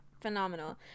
Phenomenal